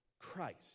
Christ